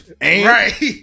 Right